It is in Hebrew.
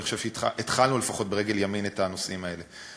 אני חושב שהתחלנו לפחות ברגל ימין את הנושאים האלה.